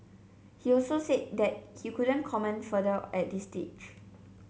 he also said that he couldn't comment further at this stage